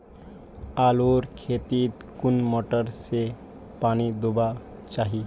आलूर खेतीत कुन मोटर से पानी दुबा चही?